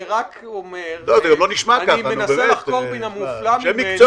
אני מנסה לחקור במופלא ממני.